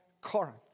Corinth